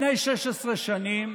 לפני 16 שנים